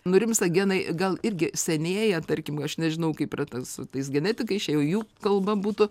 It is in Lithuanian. nurimsta genai gal irgi senėja tarkim aš nežinau kaip yra tas tais genetikai čia jau jų kalba būtų